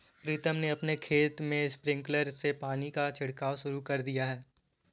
प्रीतम ने अपने खेत में स्प्रिंकलर से पानी का छिड़काव शुरू कर दिया है